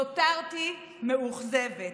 נותרתי מאוכזבת.